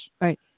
Right